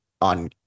on